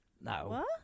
No